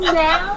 now